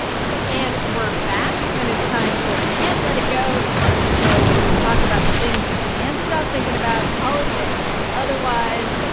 and we're back. and it's time for can't let it go, the part of the show where we talk about the things we can't stop thinking about, politics or otherwise.